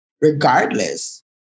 Regardless